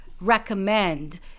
recommend